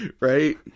right